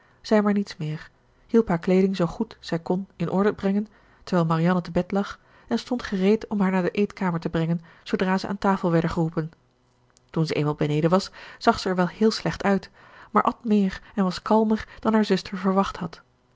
zei maar niets meer hielp haar kleeding zoo goed zij kon in orde brengen terwijl marianne te bed lag en stond gereed om haar naar de eetkamer te brengen zoodra zij aan tafel werden geroepen toen zij eenmaal beneden was zag zij er wel heel slecht uit maar at meer en was kalmer dan haar zuster verwacht had